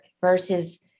versus